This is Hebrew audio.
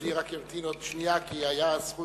אדוני ימתין עוד שנייה כי יש זכות